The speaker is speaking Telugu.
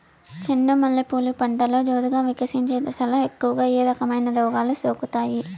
చెండు మల్లె పూలు పంటలో జోరుగా వికసించే దశలో ఎక్కువగా ఏ రకమైన రోగాలు సోకుతాయి?